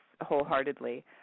wholeheartedly